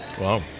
Wow